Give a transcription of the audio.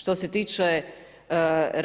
Što se tiče